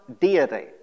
deity